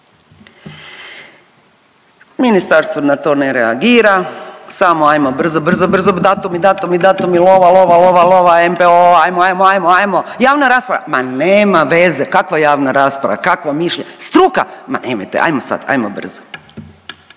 Ministarstvo na to ne reagira samo ajmo brzo, brzo, brzo, datumi, datumi, datumi, lova, lova, lova, lova NPOO-a ajmo, ajmo, ajmo, ajmo, javna rasprava ma nema veze kakva javna rasprava, kakvo mišlj… struka, ma nemojte, ajmo sad, ajmo brzo.